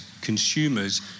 consumers